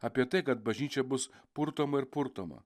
apie tai kad bažnyčia bus purtoma ir purtoma